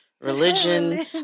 religion